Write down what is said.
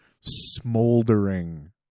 smoldering